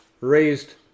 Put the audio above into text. raised